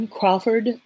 Crawford